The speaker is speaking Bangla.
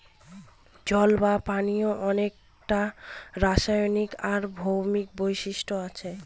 জল বা পানির অনেককটা রাসায়নিক আর ভৌতিক বৈশিষ্ট্য আছে